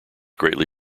greatly